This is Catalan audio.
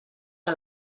que